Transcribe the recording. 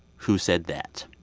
who said that?